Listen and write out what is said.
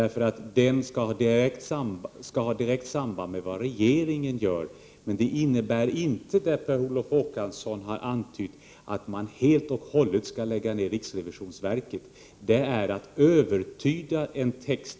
Riksrevisionsverket skall ha direkt samband med vad regeringen gör. Men det innebär inte det som Per Olof Håkansson har antytt, nämligen att man helt och hållet skall lägga ned riksrevisionsverket. Det är att illvilligt övertyda en text.